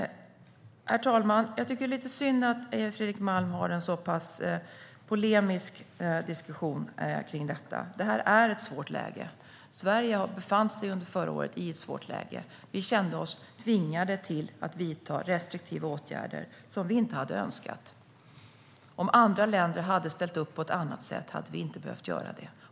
Herr talman! Jag tycker att det är lite synd att Fredrik Malm för en så pass polemisk diskussion om detta. Det här är ett svårt läge. Sverige befann sig under förra året i ett svårt läge. Vi kände oss tvingade till att vidta restriktiva åtgärder som vi inte hade önskat. Om andra länder hade ställt upp på ett annat sätt hade vi inte behövt göra det.